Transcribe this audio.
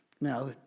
Now